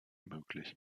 möglich